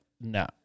no